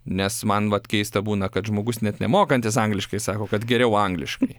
nes man vat keista būna kad žmogus net nemokantis angliškai sako kad geriau angliškai